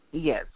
Yes